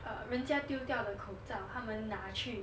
err 人家丢掉的口罩他们拿去